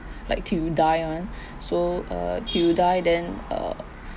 like till die one so err till die then uh